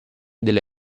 delle